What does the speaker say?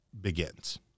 begins